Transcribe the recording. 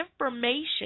information